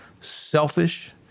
selfish